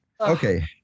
Okay